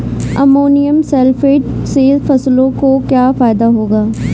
Ammonium sulphate से फसलों को क्या फायदा होगा?